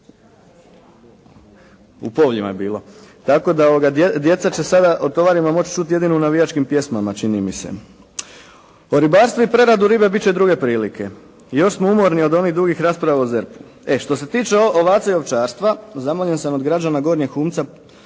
godinu dana, tako da djeca će sada o tovarima moći čuti jedino u navijačkim pjesmama čini mi se. O ribarstvu i preradi ribe biti će druge prilike. Još smo umorni od onih dugih rasprava o ZERP-u. E, što se tiče ovaca i ovčarstva zamoljen sam od građana Gornjeg Humca